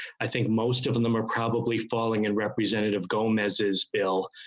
i think most of and them are probably falling in representative gomez's bill.